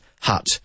hut